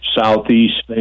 southeast